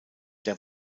der